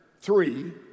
three